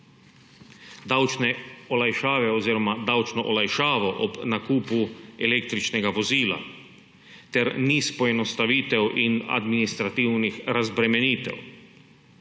davčne olajšave oziroma davčno olajšavo ob nakupu električnega vozila ter niz poenostavitev in administrativnih razbremenitev.